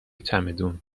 چمدون